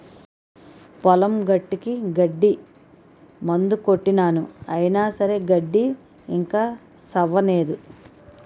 పొలం గట్టుకి గడ్డి మందు కొట్టినాను అయిన సరే గడ్డి ఇంకా సవ్వనేదు